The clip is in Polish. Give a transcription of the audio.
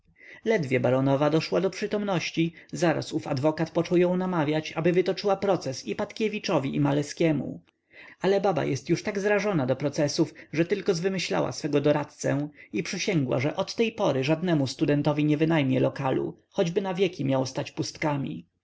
ledwie baronowa doszła do przytomności zaraz ów adwokat począł ją namawiać ażeby wytoczyła proces i patkiewiczowi i maleskiemu ale baba jest już tak zrażona do procesów że tylko zwymyślała swego doradcę i przysięgła iż od tej pory żadnemu studentowi nie wynajmie lokalu choćby na wieki miał stać pustkami